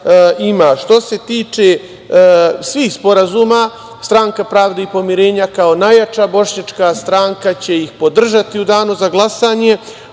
ima. Što se tiče svih sporazuma, Stranka pravde i pomirenja kao najjača bošnjačka stranka će ih podržati u danu za glasanje,